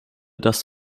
das